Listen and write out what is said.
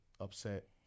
upset